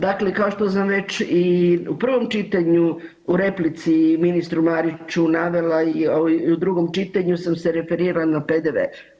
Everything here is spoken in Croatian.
Dakle, kao što sam već i u prvom čitanju u replici ministru Mariću navela i u drugom čitanju sam se referirala na PDV.